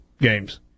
games